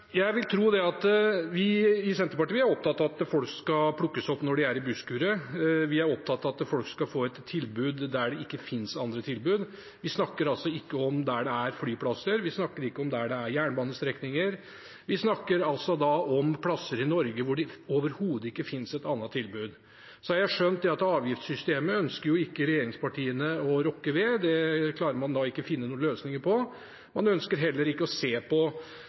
Vi i Senterpartiet er opptatt av at folk skal plukkes opp når de er i busskuret. Vi er opptatt av at folk skal få et tilbud der det ikke finnes andre tilbud. Vi snakker ikke om der det er flyplasser, vi snakker ikke om der det er jernbanestrekninger – vi snakker om plasser i Norge hvor det overhodet ikke finnes et annet tilbud. Jeg har skjønt at regjeringspartiene ikke ønsker å rokke ved avgiftssystemet. Det klarer man ikke å finne noen løsninger på. Man ønsker heller ikke å se på